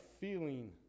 feeling